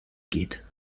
geht